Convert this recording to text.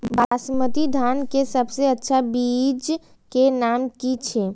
बासमती धान के सबसे अच्छा बीज के नाम की छे?